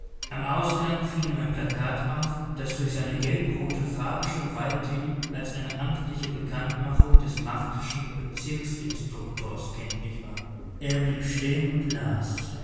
am ausgang fiel ihm ein plakat auf das durch seine gelbrote farbe schon weithin als eine amtliche bekanntmachung des martischen bezirksinstruktors kenntlich war er blieb stehen und las